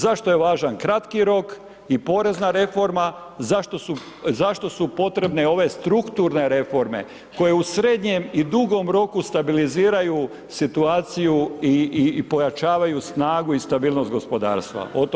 Zašto je važan kratki rok i porezna reforma, zašto su potrebne ove strukturne reforme koje u srednjem i dugom roku stabiliziraju situaciju i pojačavaju snagu i stabilnost gospodarstva, o tom, potom, jel?